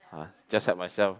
ah just help myself